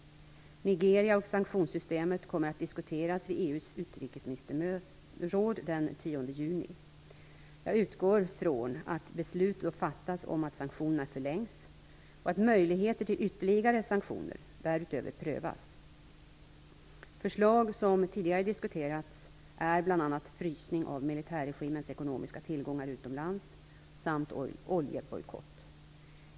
Nigeria och sanktionssystemet kommer att diskuteras vid EU:s utrikesministerråd den 10 juni. Jag utgår från att beslut då fattas om att sanktionerna förlängs och att möjligheter till ytterligare sanktioner därutöver prövas. Förslag som tidigare diskuterats är bl.a. frysning av militärregimens ekonomiska tillgångar utomlands samt oljebojkott.